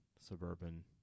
suburban